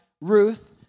Ruth